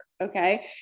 okay